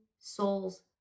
soul's